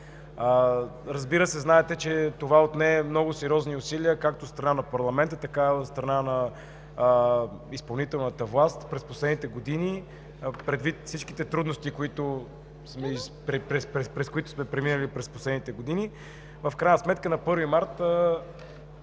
Разбира се, знаете, че това отне много сериозни усилия както от страна на парламента, така и от страна на изпълнителната власт. Предвид всички трудности, през които сме преминали през последните години, в крайна сметка на 1 март